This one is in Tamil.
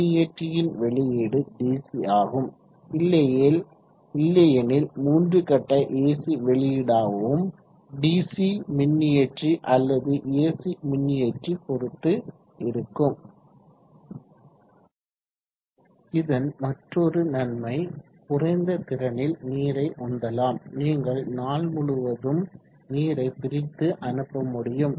மின்னியற்றியின் வெளியீடு டிசி ஆகும் இல்லையெனில் 3 கட்ட ஏசி வெளியீடாகவும் டிசி மின்னியற்றி அல்லது ஏசி மின்னியற்றி r பொறுத்தது இருக்கும் இதன் மற்றோரு நன்மை குறைந்த திறனில் நீரை உந்தலாம் நீங்கள் நாள் முழுவதும் நீரை பிரித்து அனுப்பமுடியும்